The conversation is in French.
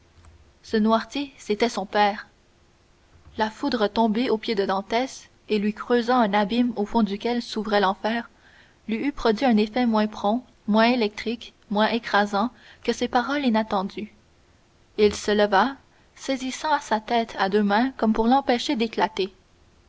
ce noirtier c'était son père la foudre tombée aux pieds de dantès et lui creusant un abîme au fond duquel s'ouvrait l'enfer lui eût produit un effet moins prompt moins électrique moins écrasant que ces paroles inattendues il se leva saisissant sa tête à deux mains comme pour l'empêcher d'éclater